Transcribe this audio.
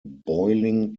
boiling